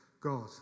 God